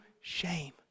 shame